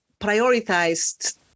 prioritized